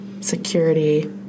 Security